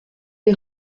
est